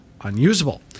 unusable